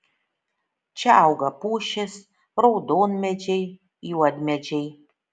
čia auga pušys raudonmedžiai juodmedžiai